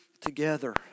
together